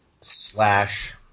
slash